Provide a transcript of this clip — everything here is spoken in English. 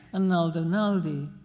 and naldo naldi.